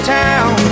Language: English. town